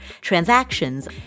transactions